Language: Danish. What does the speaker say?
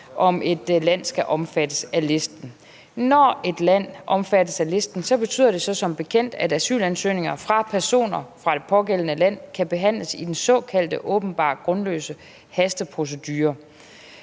om et land skal omfattes af listen. Når et land omfattes af listen, betyder det som bekendt, at asylansøgninger fra personer fra det pågældende land kan behandles efter den såkaldt åbenbart grundløse hasteprocedure.